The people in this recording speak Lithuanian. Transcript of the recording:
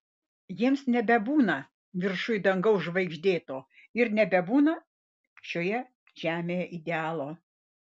jiems nebebūna viršuj dangaus žvaigždėto ir nebebūna šioje žemėje idealo